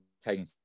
taking